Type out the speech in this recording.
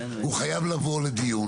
היא חייבת להגיע לדיון,